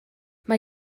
mae